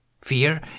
Fear